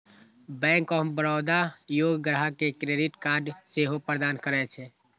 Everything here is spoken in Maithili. बैंक ऑफ बड़ौदा योग्य ग्राहक कें क्रेडिट कार्ड सेहो प्रदान करै छै